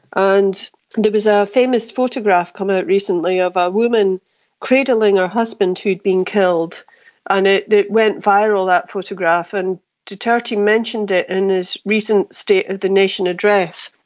and there was a famous photograph come ah out recently of a woman cradling her husband who had been killed and it it went viral, that photograph, and duterte mentioned it in his recent state of the nation address,